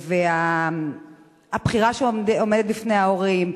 והבחירה שעומדת בפני ההורים: